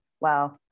Wow